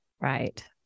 Right